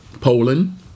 Poland